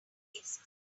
cases